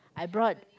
I brought